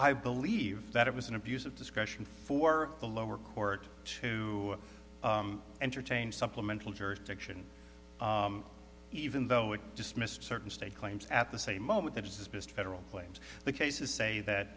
i believe that it was an abuse of discretion for the lower court to entertain supplemental jurisdiction even though it dismissed certain state claims at the same moment that is based federal claims the cases say that